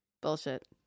bullshit